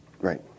Right